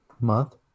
Month